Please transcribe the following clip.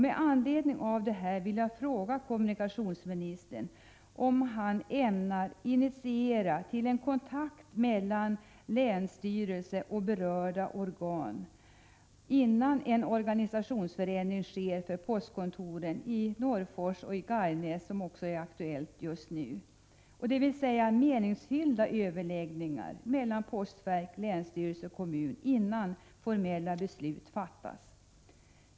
Med anledning av detta vill jag fråga kommunikationsministern om han ämnar initiera en kontakt mellan länsstyrelsen och berörda organ innan en organisationsförändring sker för postkontoren i Norrfors och Gargnäs, som också är aktuell just nu, dvs. meningsfyllda överläggningar mellan Postverk, länsstyrelse och kommun innan formella beslut fattas.